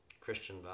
Christian